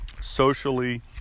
socially